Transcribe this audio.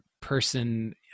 person